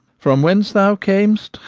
from whence thou cam'st,